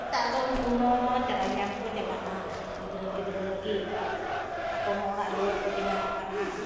ᱥᱮᱛᱟᱜ ᱫᱚ ᱩᱱᱠᱩ ᱦᱚᱸ ᱪᱟᱨᱟ ᱧᱟᱢ ᱠᱚ ᱪᱟᱞᱟᱜᱼᱟ ᱜᱤᱫᱽᱨᱟᱹ ᱯᱤᱫᱽᱨᱟᱹ ᱞᱟᱹᱜᱤᱫ ᱟᱠᱚ ᱦᱚᱸ ᱚᱲᱟᱜ ᱫᱩᱣᱟᱹᱨ ᱠᱚ ᱵᱮᱱᱟᱣ ᱠᱟᱜᱼᱟ